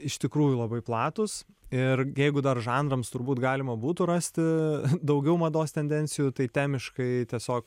iš tikrųjų labai platus ir jeigu dar žanrams turbūt galima būtų rasti daugiau mados tendencijų tai temiškai tiesiog